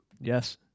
Yes